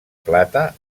plata